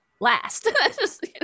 last